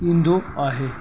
ईंदो आहे